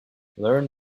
learn